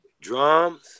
Drums